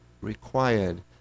required